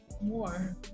more